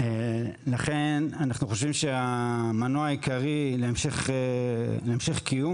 לכן אנחנו חושבים שהמנוע העיקרי להמשך קיום